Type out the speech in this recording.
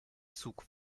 zug